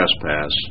trespass